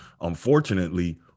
Unfortunately